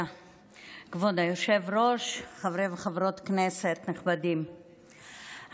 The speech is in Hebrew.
חברי וחברות כנסת נכבדים,